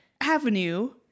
avenue